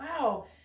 wow